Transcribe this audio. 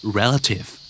relative